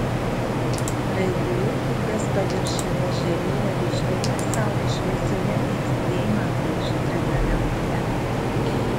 raibuliai upės paviršiuje žėrėjo ryškioje saulės šviesoje it deimantai žydrame danguje